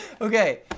Okay